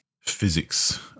physics